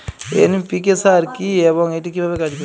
NPK সার কি এবং এটি কিভাবে কাজ করে?